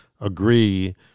agree